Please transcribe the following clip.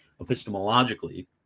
epistemologically